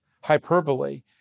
hyperbole